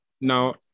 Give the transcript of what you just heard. Now